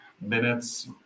minutes